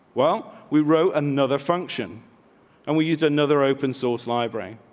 well, we wrote another function and we use another open source library.